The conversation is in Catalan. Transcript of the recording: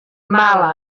mala